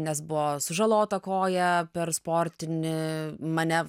nes buvo sužalota koja per sportinį mane